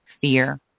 fear